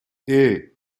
hey